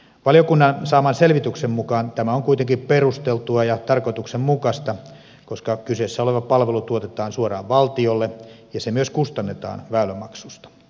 valiokunnan saaman selvityksen mukaan tämä on kuitenkin perusteltua ja tarkoituksenmukaista koska kyseessä oleva palvelu tuotetaan suoraan valtiolle ja se myös kustannetaan väylämaksusta